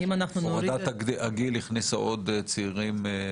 שהורדת הגיל הכניסה עוד צעירים למעגל?